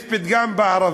יש פתגם בערבית,